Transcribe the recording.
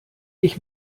ich